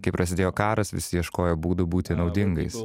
kai prasidėjo karas visi ieškojo būdų būti naudingais